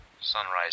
Sunrise